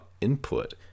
input